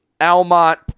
Almont